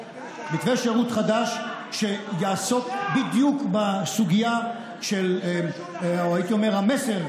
והוא יעסוק בדיוק בסוגיה או המסר,